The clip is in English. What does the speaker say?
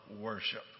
worship